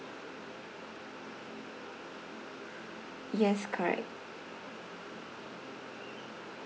yes correct